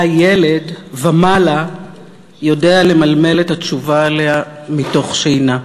ילד ומעלה יודע למלמל את התשובה עליה מתוך שינה: